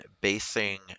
basing